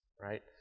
right